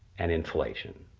and inflation.